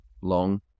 long